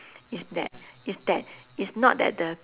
is that is that is not that the